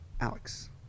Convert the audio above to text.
Alex